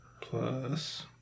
Plus